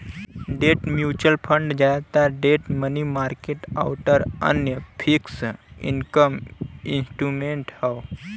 debt mutual fund जादातर debt money market आउर अन्य फिक्स्ड इनकम इंस्ट्रूमेंट्स हौ